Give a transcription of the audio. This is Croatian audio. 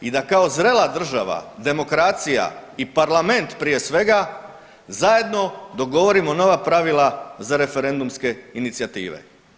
I da kao zrela država demokracija i Parlament prije svega zajedno dogovorimo nova pravila za referendumske inicijative.